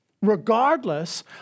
regardless